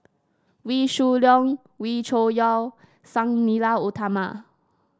Wee Shoo Leong Wee Cho Yaw Sang Nila Utama